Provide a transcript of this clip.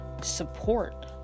support